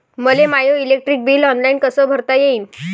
मले माय electric bill online कस भरता येईन?